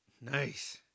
Nice